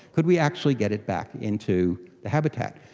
could we actually get it back into the habitat?